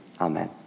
amen